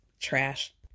Trash